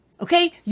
Okay